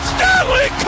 Stanley